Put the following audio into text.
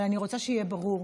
אבל אני רוצה שיהיה ברור,